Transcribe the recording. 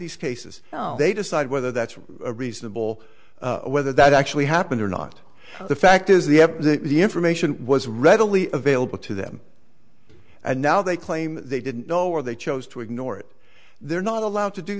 these cases they decide whether that's reasonable whether that actually happened or not the fact is they have the information was readily available to them and now they claim they didn't know or they chose to ignore it they're not allowed to do